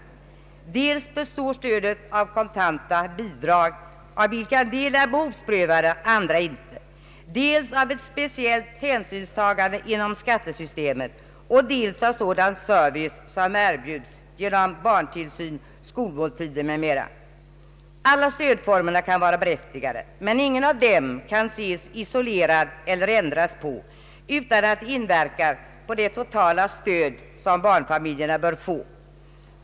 Stödet består dels av kontanta bidrag, av vilka en del är behovsprövade och en del icke, dels av ett speciellt hänsynstagande inom skattesystemet, dels av sådan service som erbjuds genom barntillsyn, skolmåltider m.m. Alla stödformerna kan vara berättigade, men ingen av dem kan ses isolerad eller ändras på utan att detta inverkar på det totala stöd som barnfamiljerna bör få.